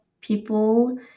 people